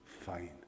fine